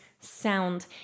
sound